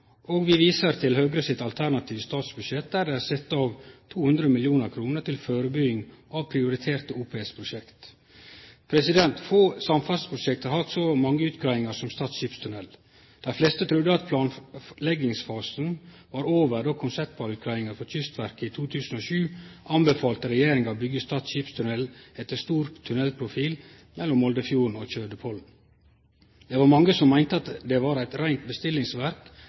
og vi viser til Høgre sitt alternative statsbudsjett der det er sett av 200 mill. kr til førebuing av prioriterte OPS-prosjekt. Få samferdsleprosjekt har hatt så mange utgreiingar som Stad skipstunnel. Dei fleste trudde at planleggingsfasen var over då konseptvalutgreiinga til Kystverket i 2007 anbefalte regjeringa å byggje Stad skipstunnel etter stor tunnelprofil mellom Moldefjorden og Kjødepollen. Det var mange som meinte at det var eit reint bestillingsverk